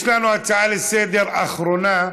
יש לנו הצעה לסדר-היום אחרונה,